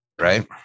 right